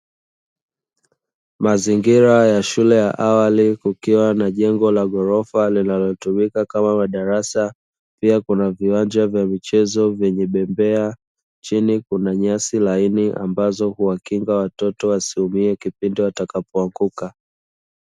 Mazingira ya shule ya awali kukiwa na jengo la ghorofa. Linalotumika kama madarasa pia kuna viwanja vya michezo, vyenye bembea chini kuna nyasi laini. Ambazo huwakinga watoto wasiumia kipindi endapo watakapoanguka.